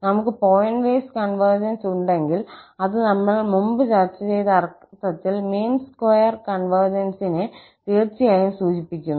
നമുക്ക് point wise convergence ഉണ്ടെങ്കിൽ അത് നമ്മൾ മുമ്പ് ചർച്ച ചെയ്ത അർത്ഥത്തിൽ മീൻ സ്ക്വയർ കോൺവെർജൻസിനെ തീർച്ചയായും സൂചിപ്പിക്കുന്നു